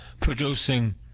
producing